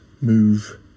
move